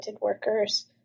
workers